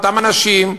אותם אנשים,